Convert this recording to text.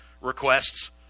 requests